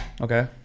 Okay